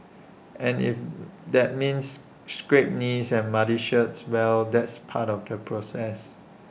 and if that means scraped knees and muddy shirts well that's part of the process